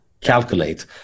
calculate